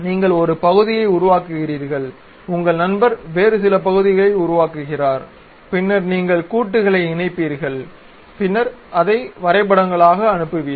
நீங்கள் ஒரு பகுதியை உருவாக்குகிறீர்கள் உங்கள் நண்பர் வேறு சில பகுதியை உருவாக்குவார் பின்னர் நீங்கள் கூட்டுகளை இணைப்பீர்கள் பின்னர் அதை வரைபடங்களாக அனுப்புவீர்கள்